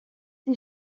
ces